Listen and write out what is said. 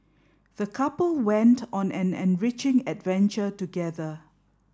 the couple went on an enriching adventure together